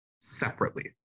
separately